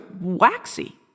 waxy